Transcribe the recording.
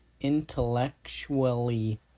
intellectually